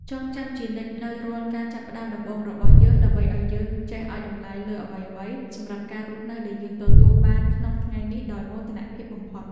ចងចាំជានិច្ចនូវការចាប់ផ្ដើមដំបូងរបស់យើងដើម្បីឱ្យយើងចេះឱ្យតម្លៃលើអ្វីៗសម្រាប់ការរស់នៅដែលយើងទទួលបានក្នុងថ្ងៃនេះដោយមោទនភាពបំផុត។